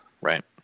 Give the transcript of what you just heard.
Right